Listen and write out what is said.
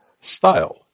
Style